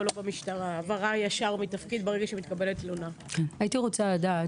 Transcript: ההעברה ישר מתפקיד ברגע שמתקבלת תלונה לא קיימת